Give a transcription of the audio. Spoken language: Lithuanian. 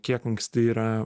kiek anksti yra